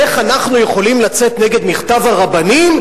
איך אנחנו יכולים לצאת נגד מכתב הרבנים,